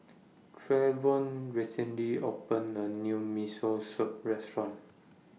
Trevion recently opened A New Miso Soup Restaurant